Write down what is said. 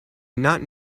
not